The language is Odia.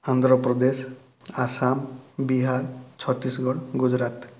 ଆନ୍ଧ୍ରପ୍ରଦେଶ ଆସାମ ବିହାର ଛତିଶଗଡ଼ ଗୁଜୁରାଟ